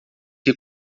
que